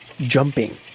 jumping